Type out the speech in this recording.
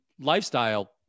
lifestyle